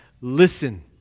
listen